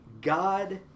God